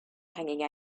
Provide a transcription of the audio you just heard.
hanging